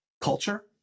culture